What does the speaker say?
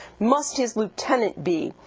must his lieutenant be,